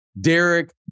Derek